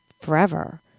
forever